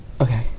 Okay